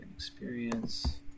Experience